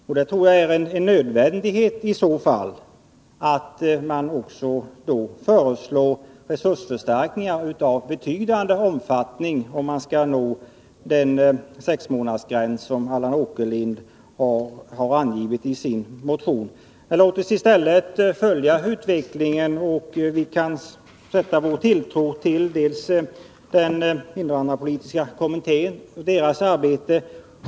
Jag tror att det är en nödvändighet att man också föreslår resursförstärkningar i betydande omfattning, om man skall uppnå den sexmånadersgräns som Allan Åkerlind angivit i sin motion. Låt oss i stället följa utvecklingen. Vi kan sätta vår tilltro till den invandrarpolitiska kommitténs arbete.